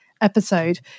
episode